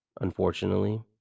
unfortunately